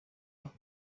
los